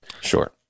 Sure